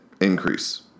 increase